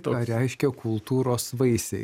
ką reiškia kultūros vaisiai